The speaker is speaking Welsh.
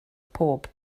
pob